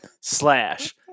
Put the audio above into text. slash